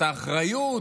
האחריות,